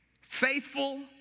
Faithful